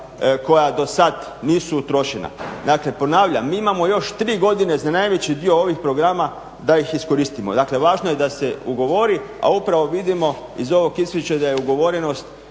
koja dosad nisu utrošena. Dakle ponavljam, mi imamo još tri godine za najveći dio ovih programa da ih iskoristimo, dakle važno je da se ugovori, a upravo vidimo iz ovog izvješća da je ugovorenost